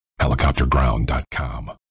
Helicopterground.com